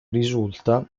risulta